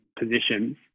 positions